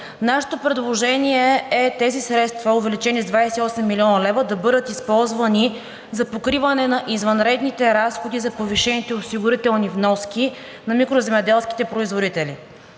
Нашето предложение е тези средства, увеличени с 28 млн. лв., да бъдат използвани за покриване на извънредните разходи за повишените осигурителни вноски на микроземеделските производители.